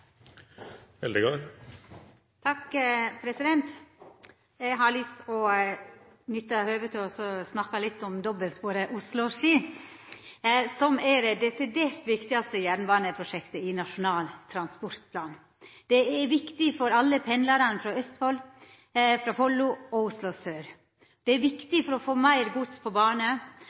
100 år. Eg har lyst til å nytta høvet til å snakka litt om dobbeltsporet Oslo–Ski, som er det desidert viktigaste jernbaneprosjektet i Nasjonal transportplan. Det er viktig for alle pendlarane frå Østfold, frå Follo og frå Oslo sør. Det er viktig for å få meir gods over på bane.